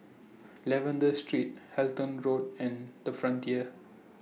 Lavender Street Halton Road and The Frontier